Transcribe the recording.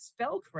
spellcraft